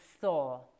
saw